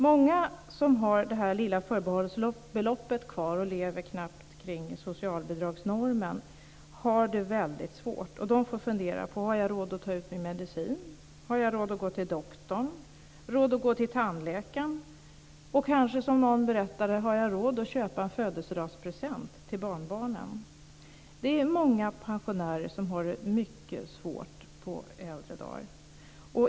Många som har det lilla förbehållsbeloppet kvar och lever knappt kring socialbidragsnormen har det väldigt svårt. De får fundera på om de har råd att ta ut sin medicin, gå till doktorn, gå till tandläkaren eller kanske, som någon berättade, om de har råd att köpa en födelsedagspresent till barnbarnet. Det är många pensionärer som har det mycket svårt på äldre dagar.